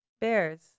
Bears